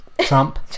Trump